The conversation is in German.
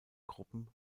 gruppen